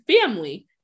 family